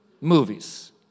movies